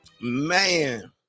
Man